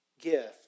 gift